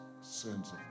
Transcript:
sins